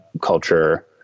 culture